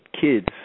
kids